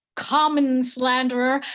common slanderer,